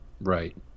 Right